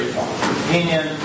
opinion